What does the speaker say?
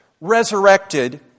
resurrected